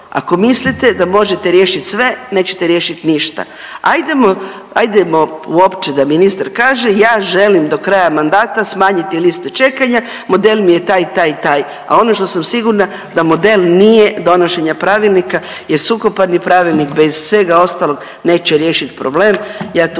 ako mislite da možete riješit sve nećete riješiti ništa. ajdemo uopće da ministar kaže ja želim do kraja mandata smanjiti liste čekanja, model mi je taj, taj i taj, a ono što sam sigurna da model nije donošenja pravilnika jer suhoparni pravilnik bez svega ostalog neće riješiti problem. Ja tu